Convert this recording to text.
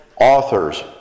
authors